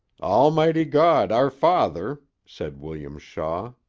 almighty god, our father said william shaw.